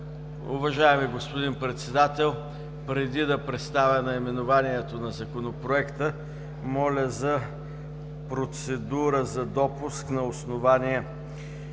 Уважаеми господин Председател, преди да представя наименованието на Законопроекта, моля за процедура за допуск на основание